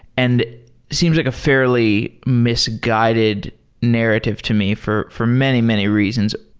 and seems like a fairly misguided narrative to me for for many, many reasons.